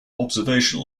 observation